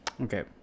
Okay